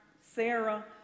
sarah